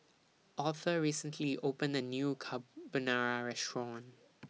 Author recently opened A New Carbonara Restaurant